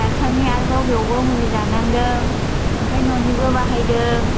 डाक्टारनि आरोबाव बेयावबो जानांदों ओमफ्राय न'निबो बाहायदों